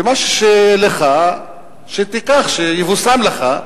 ומה ששלך, תיקח, שיבושם לך.